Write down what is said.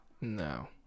No